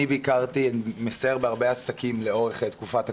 אני מסייר בהרבה עסקים לאורך תקופת הקורונה.